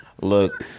Look